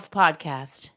podcast